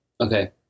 Okay